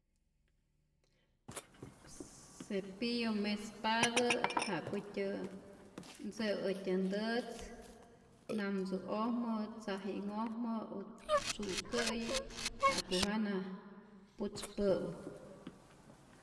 Cepillo mespatä ja'kutyä ntze'u äjtyä ntätz namtzu'ojmä, tzaji'nhojmä o tzu'kä'yi, ja'ku jana putzpä'u.